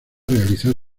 realizar